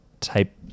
type